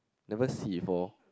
never see before